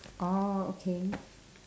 orh okay